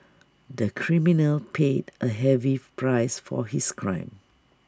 the criminal paid A heavy price for his crime